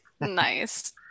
Nice